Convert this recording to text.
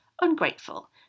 ungrateful